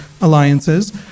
alliances